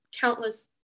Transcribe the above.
countless